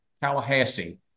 Tallahassee